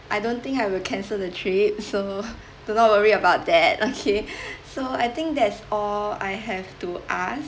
I don't think I will cancel the trip so do not worry about that okay so I think that's all I have to ask